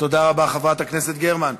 תודה רבה, חברת הכנסת גרמן.